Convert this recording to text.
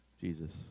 Jesus